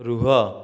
ରୁହ